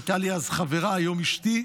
הייתה לי אז חברה, היום אשתי,